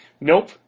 Nope